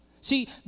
See